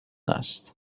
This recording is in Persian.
است